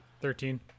Thirteen